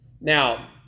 Now